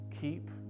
keep